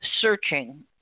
searching